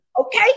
Okay